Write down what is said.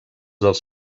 dels